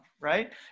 right